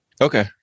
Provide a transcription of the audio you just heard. Okay